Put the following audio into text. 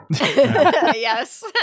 Yes